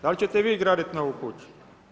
Da li ćete vi graditi novu kuću?